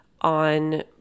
on